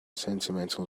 sentimental